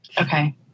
Okay